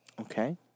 Okay